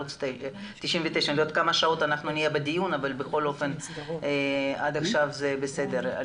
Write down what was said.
אני לא יודעת כמה שעות נהיה בדיון אבל בכל אופן עד עכשיו זה בסדר.